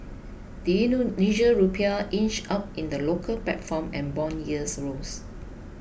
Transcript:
the Indonesian Rupiah inched up in the local platform and bond yields rose